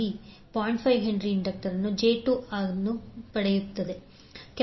5H⇒jωL j2 ಅನ್ನು ಪಡೆಯುತ್ತೀರಿ